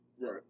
Right